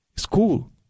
school